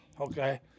okay